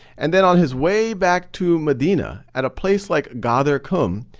and then, on his way back to medina, at a place like ghadir khumm,